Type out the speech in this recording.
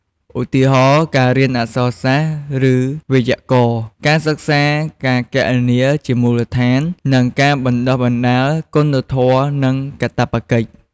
ឧទាហរណ៍ ការរៀនអក្សរសាស្ត្រ និងវេយ្យាករណ៍ ការសិក្សាការគណនាជាមូលដ្ឋាន និងការបណ្ដុះបណ្ដាលគុណធម៌ និងកាតព្វកិច្ច។